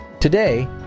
Today